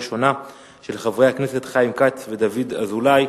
של חברי הכנסת חיים כץ ודוד אזולאי,